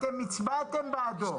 אתם הצבעתם בעדו.